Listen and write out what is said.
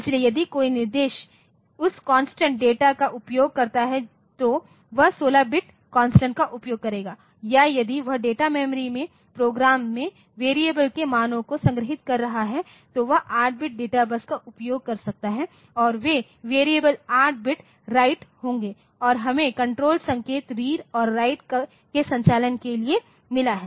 इसलिए यदि कोई निर्देश उस कांस्टेंट डेटा का उपयोग करता है तो वह 16 बिट कांस्टेंट का उपयोग करेगा या यदि वह डेटा मेमोरी में प्रोग्राम में वैरिएबल के मानों को संग्रहीत कर रहा है तो वह 8 बिट डेटा बस का उपयोग कर सकता है और वे वैरिएबल 8 बिट राइट होंगे और हमें कण्ट्रोल संकेत रीड और राइट के संचालन के लिए मिला है